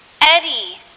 Eddie